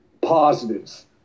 positives